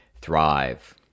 thrive